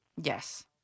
Yes